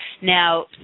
Now